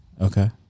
Okay